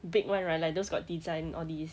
big [one] right like those got design all these